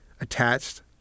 attached